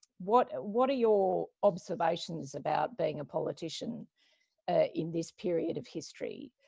what what are your observations about being a politician in this period of history?